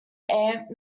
ant